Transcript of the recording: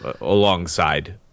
alongside